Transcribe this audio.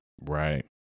Right